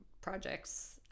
projects